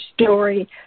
story